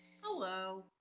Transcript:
Hello